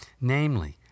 namely